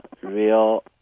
real